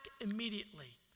immediately